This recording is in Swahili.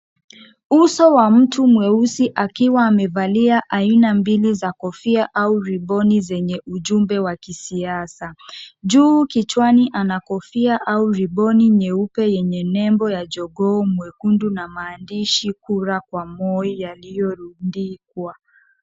Uso wa mtu mweusi akiwa amevalia aina mbili za kofia au riboni zenye ujumbe wa kisiasa. Juu kichwani ana kofia au riboni nyeupe yenye nembo ya jogoo mwekundu na maandishi kura kwa Moi yaliyorundikwa.